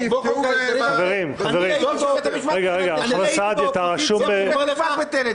טוב שבית המשפט ביטל את